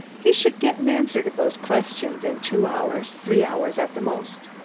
he should get an answer to those questions in two hours, three hours at the most.